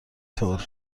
طور